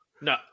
No